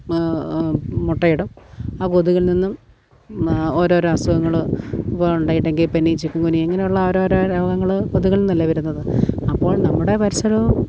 മുട്ടയിടും ആ കൊതുകിൽ നിന്നും ഓരോരോ അസുഖങ്ങൾ ഇപ്പോൾ ഡെങ്കിപ്പനി ചിക്കൻഗുനിയ ഇങ്ങനെയുള്ള ഓരോരോ രോഗങ്ങൾ കൊതുകിൽ നിന്നല്ലേ വരുന്നത് അപ്പോൾ നമ്മുടെ പരിസരവും